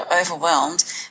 overwhelmed